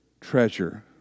treasure